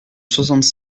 soixante